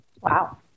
Wow